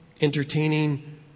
entertaining